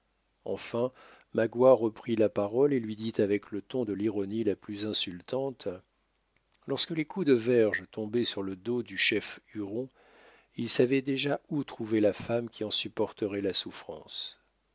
enfin magua reprit la parole et lui dit avec le ton de l'ironie la plus insultante lorsque les coups de verges tombaient sur le dos du chef huron il savait déjà où trouver la femme qui en supporterait la souffrance